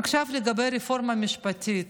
עכשיו, לגבי הרפורמה המשפטית,